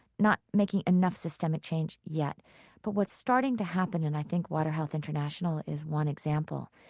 not making enough systemic change yet but what's starting to happen, and i think waterhealth international is one example,